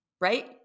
right